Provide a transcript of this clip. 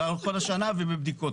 כל השנה ובבדיקות